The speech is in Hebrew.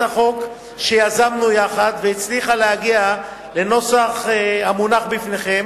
החוק שיזמנו יחד והצליחה להגיע לנוסח המונח לפניכם,